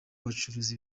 bacuruza